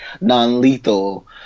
non-lethal